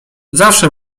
zawsze